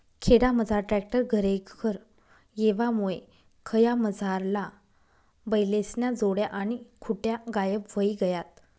खेडामझार ट्रॅक्टर घरेघर येवामुये खयामझारला बैलेस्न्या जोड्या आणि खुटा गायब व्हयी गयात